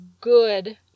good